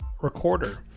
recorder